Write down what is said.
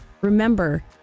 remember